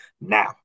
now